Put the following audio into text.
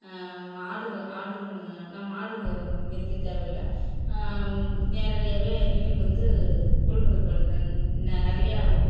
மாடுங்க ஆடுங்க நம் மாடுங்க மிதிக்க தேவையில்லை நேரடியாகவே டில் வந்து கொள்முதல் பண்ணிணன் நான் நிறையா உற்